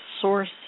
Source